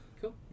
Cool